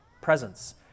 presence